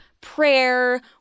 prayer